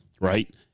right